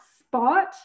spot